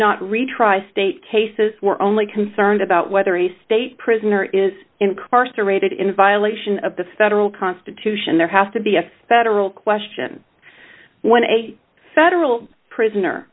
not retry state cases we're only concerned about whether a state prisoner is incarcerated in violation of the federal constitution there has to be a better real question when a federal prisoner